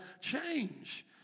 change